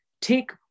take